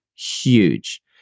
Huge